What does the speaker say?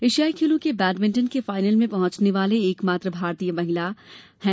एशियाई खेलों के बैडमिंटन के फाइनल में पहुंचने वाले एक मात्र भारतीय महिला हैं